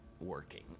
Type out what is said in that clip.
working